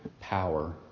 power